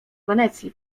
wenecji